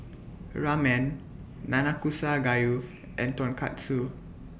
Ramen Nanakusa Gayu and Tonkatsu